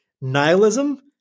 Nihilism